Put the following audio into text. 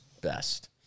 best